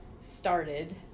started